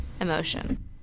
Emotion